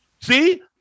See